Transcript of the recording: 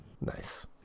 Nice